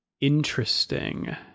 interesting